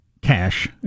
cash